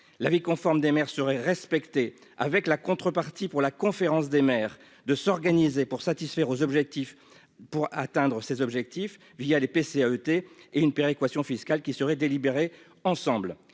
l'avis conforme des mers serait respectée avec la contrepartie pour la conférence des maires de s'organiser pour satisfaire aux objectifs pour atteindre ces objectifs, via les PC à ET et une péréquation fiscale qui serait délibérer ensemble